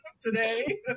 today